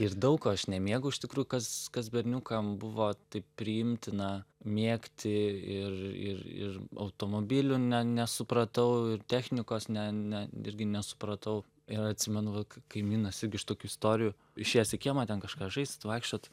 ir daug ko aš nemėgau iš tikrųjų kas kas berniukam buvo taip priimtina mėgti ir ir ir automobilių ne nesupratau ir technikos ne ne irgi nesupratau ir atsimenu va kaimynas irgi iš tokių istorijų išėjęs į kiemą ten kažką žaist vaikščiot